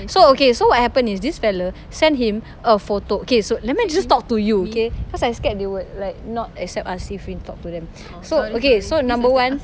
so okay so what happened is this fella send him a photo okay so let me just talk to you okay cause I scared they will like not accept us if we talk to them so okay so number one